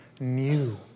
new